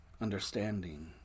understanding